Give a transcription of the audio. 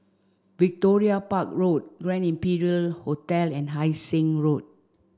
Victoria Park Road Grand Imperial Hotel and Hai Sing Road